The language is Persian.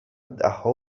دهها